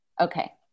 Okay